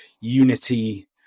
unity